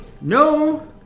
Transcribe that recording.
No